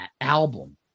album